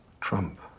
Trump